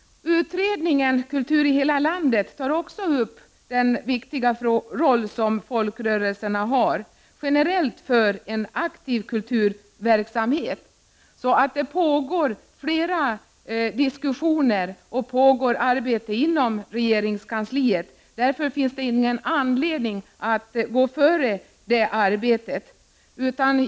Utredningen Kultur i hela landet tar också upp den viktiga roll som folkrörelserna generellt har för en aktiv kulturverksamhet. Det pågår således flera diskussioner och det pågår arbete inom regeringskansliet. Därför finns det ingen anledning att föregå det arbetet.